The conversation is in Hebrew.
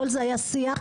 כל זה היה בשיח.